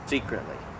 Secretly